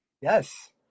Yes